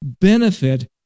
benefit